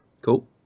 Cool